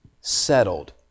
settled